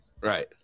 Right